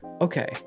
okay